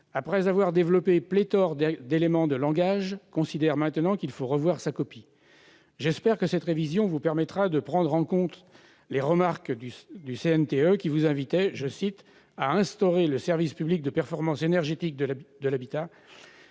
après avoir développé pléthore d'éléments de langage, considère maintenant qu'il lui faut revoir sa copie. J'espère que cette révision vous permettra, madame la secrétaire d'État, de prendre en compte les remarques du CNTE, qui vous invitait à « instaurer le service public de performance énergétique de l'habitat